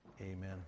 Amen